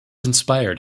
inspired